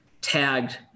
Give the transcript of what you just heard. tagged